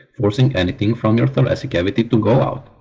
forcing anything from your thoracic cavity to go out.